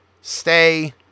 stay